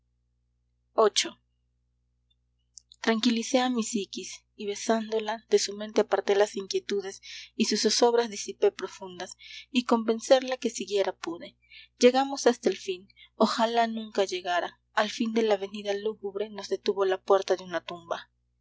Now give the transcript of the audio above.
viii tranquilicé a mi psiquis y besándola de su mente aparté las inquietudes y sus zozobras disipé profundas y convencerla que siguiera pude llegamos hasta el fin ojalá nunca llegara al fin de la avenida lúgubre nos detuvo la puerta de una tumba